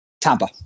tampa